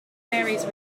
marys